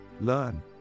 learn